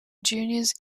juniors